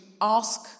ask